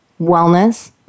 wellness